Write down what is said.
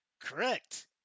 Correct